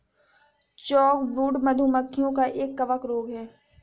chalkbrood, मधु मक्खियों का एक कवक रोग है